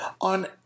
On